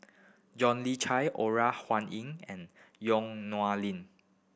John Le Chai Ora Huanying and Yong Lin